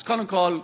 אז קודם כול,